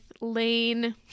Lane